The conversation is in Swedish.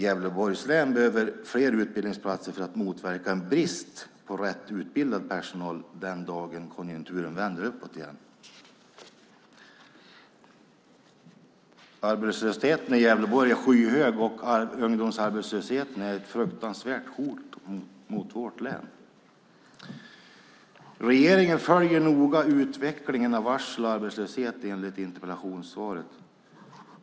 Gävleborgs län behöver fler utbildningsplatser för att motverka en brist på rätt utbildad personal den dagen konjunkturen vänder uppåt igen. Arbetslösheten i Gävleborg är skyhög, och ungdomsarbetslösheten är ett fruktansvärt hot mot vårt län. Regeringen följer noga utvecklingen av varsel och arbetslöshet, enligt interpellationssvaret.